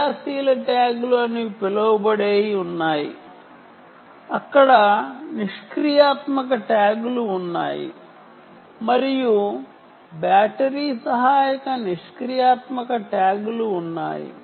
active ట్యాగ్లు అని పిలువబడేవి ఉన్నాయి అక్కడ పాసివ్ ట్యాగ్లు ఉన్నాయి మరియు బ్యాటరీ సహాయక పాసివ్ ట్యాగ్లు ఉన్నాయి